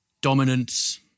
dominance